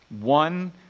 one